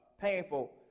painful